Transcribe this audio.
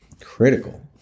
Critical